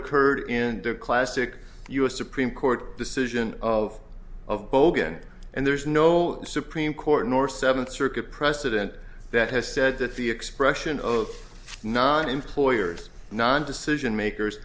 occurred in the classic us supreme court decision of of bogun and there's no supreme court nor seventh circuit precedent that has said that the expression of not employers non decision makers